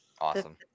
Awesome